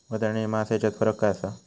वजन आणि मास हेच्यात फरक काय आसा?